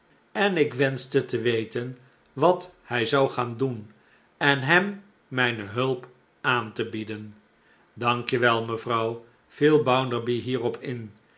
en ik wenschte te weten wat hij zou gaan doen en hem mijne hulp aan te bieden dank je wel mevrouw viel bounderby hierop in